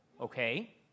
Okay